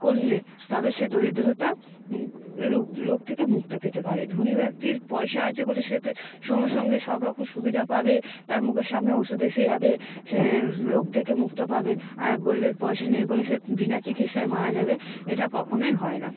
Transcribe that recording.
করলে তবে সে দরিদ্রটা রোগ থেকে মুক্ত পেতে পারে ধনী ব্যক্তির পয়সা আছে বলে সে তো সঙ্গে সঙ্গে সব রকম সুবিধা পাবে তার মুখের সামনে ওষুধ এসে যাবে সে রোগ থেকে মুক্ত পাবে আর গরিবের পয়সা নেই বলে সে বিনা চিকিৎসায় মারা যাবে এটা কখনোই হয় না